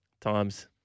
Times